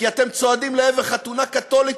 כי אתם צועדים לעבר חתונה קתולית,